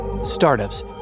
Startups